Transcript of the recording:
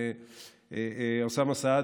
אוסאמה סעדי,